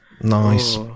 Nice